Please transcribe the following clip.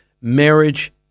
marriage